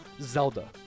Zelda